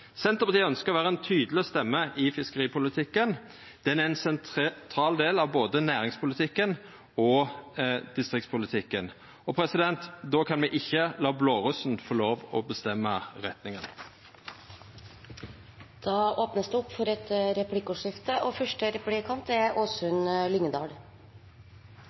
Senterpartiet ynskjer å vera ei tydeleg røyst i fiskeripolitikken. Han er ein sentral del av både næringspolitikken og distriktspolitikken. Då kan me ikkje la blårussen få lov til å bestemma retninga. Det blir replikkordskifte. Jeg er glad for å høre at vi har mange felles standpunkter i fiskeripolitikken, og